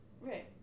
Right